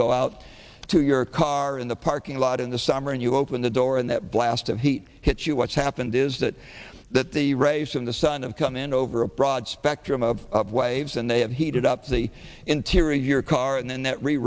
go out to your car in the parking lot in the summer and you open the door and that blast of heat hits you what's happened is that that the rays from the sun and come in over a broad spectrum of waves and they have heated up the interior of your car and then that re